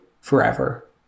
forever